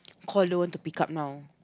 call don't want to pick up now